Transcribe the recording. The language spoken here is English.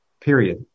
period